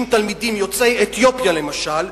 שתלמידים יוצאי אתיופיה, למשל,